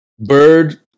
Bird